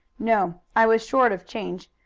no. i was short of change.